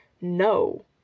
no